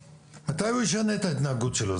מתי הוא ישנה את ההתנהגות שלו?